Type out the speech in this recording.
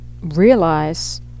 realize